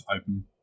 open